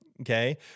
Okay